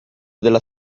della